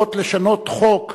יכולות לשנות חוק,